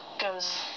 goes